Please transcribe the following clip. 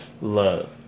love